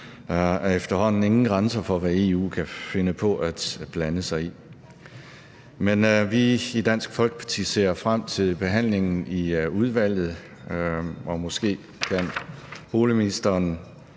efterhånden ingen grænser for, hvad EU kan finde på at blande sig i. Men vi ser i Dansk Folkeparti frem til behandlingen i udvalget, og måske kan boligministeren